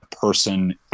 person